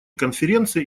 конференция